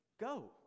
go